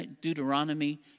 Deuteronomy